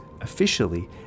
officially